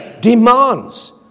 demands